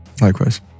Likewise